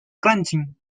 crunching